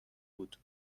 بود